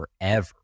forever